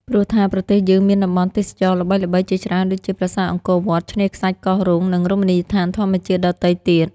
ព្រោះថាប្រទេសយើងមានតំបន់ទេសចរណ៍ល្បីៗជាច្រើនដូចជាប្រាសាទអង្គរវត្ត ឆ្នេរខ្សាច់កោះរុង និងរមណីយដ្ឋានធម្មជាតិដទៃទៀត។